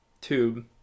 tube